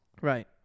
Right